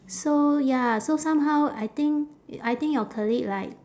so ya so somehow I think I think your colleague right